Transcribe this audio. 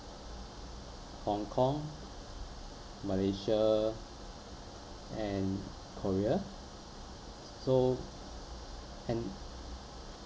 hongkong malaysia and korea so and